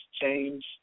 change